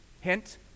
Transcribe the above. Hint